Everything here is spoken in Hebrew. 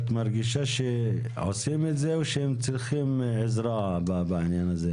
את מרגישה שעושים את זה או שהם צריכים עזרה בעניין הזה?